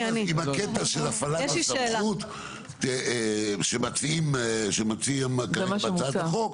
השאלה היא אם בקטע של הפעלת הסמכות שמציע בהצעת החוק,